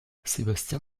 sébastien